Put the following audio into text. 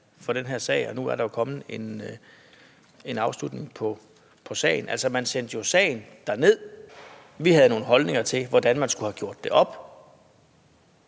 for den her sag, og nu er der jo kommet en afslutning på den. Altså, man sendte sagen derned. Vi havde nogle holdninger til, hvordan man skulle have gjort det op.